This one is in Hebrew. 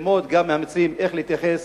ללמוד גם מהמצרים איך להתייחס